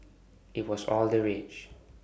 IT was all the rage